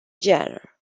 genre